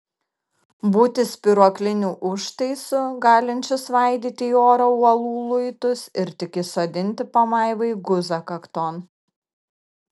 būti spyruokliniu užtaisu galinčiu svaidyti į orą uolų luitus ir tik įsodinti pamaivai guzą kakton